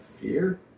fear